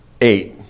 eight